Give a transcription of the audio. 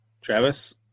Travis